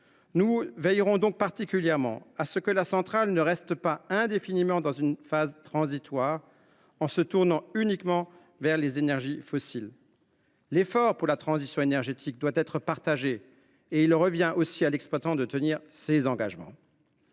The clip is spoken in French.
Nous veillerons particulièrement à ce que la centrale ne reste pas indéfiniment dans une phase transitoire, tournant uniquement aux énergies fossiles. L’effort pour la transition énergétique doit être partagé et il revient aussi à l’exploitant de tenir ses engagements.